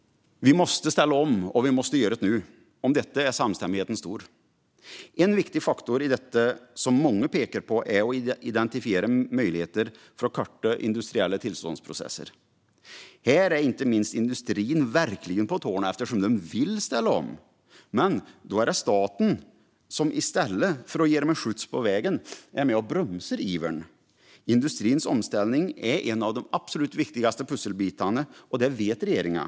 Vi måste ställa om, och vi måste göra det nu. Om detta är samstämmigheten stor. En viktig faktor i detta, som många pekar på, är att identifiera möjligheter att korta industriella tillståndsprocesser. Här är inte minst industrin verkligen på tårna eftersom den vill ställa om, men då bromsar staten ivern i stället för att ge industrin en skjuts på vägen. Industrins omställning är en av de absolut viktigaste pusselbitarna, och det vet regeringen.